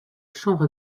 chambre